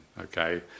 okay